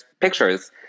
pictures